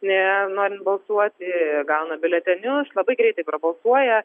ne norint balsuoti gauna biuletenius labai greitai provokuoja